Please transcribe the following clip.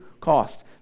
cost